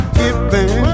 giving